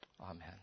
amen